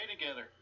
together